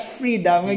freedom